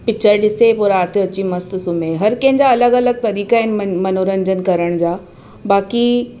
picture ॾिसे पोइ राति जो अची मस्तु सुम्हें हर कंहिं जा अलॻि अलॻि तरीक़ा आहिनि म मनोरंजन करण जा बाक़ी